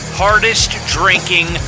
hardest-drinking